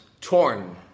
torn